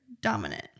dominant